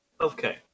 Okay